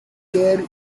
care